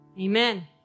Amen